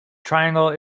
triangle